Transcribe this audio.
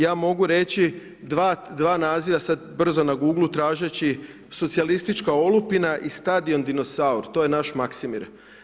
Ja mogu reći dva naziva, sada brzo na googleu tražeći socijalistička olupina i stadion dinosaur to je naš Maksimir.